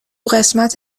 قسمت